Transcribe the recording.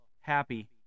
happy